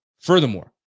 Furthermore